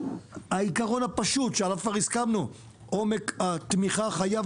העיקרון הפשוט שעליו כבר הסכמנו: עומק התמיכה חייב